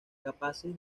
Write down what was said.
capaces